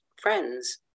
friends